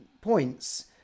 points